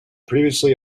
previously